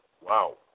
Wow